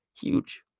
huge